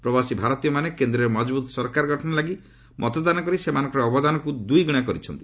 ପ୍ରବାସୀ ଭାରତୀୟମାନେ କେନ୍ଦ୍ରରେ ମଜବୁତ୍ ସରକାର ଗଠନ ଲାଗି ମତଦାନ କରି ସେମାନଙ୍କର ଅବଦାନକୁ ଦୁଇଗୁଣା କରିଛନ୍ତି